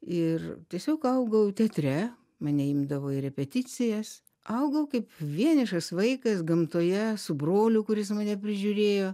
ir tiesiog augau teatre mane imdavo į repeticijas augau kaip vienišas vaikas gamtoje su broliu kuris mane prižiūrėjo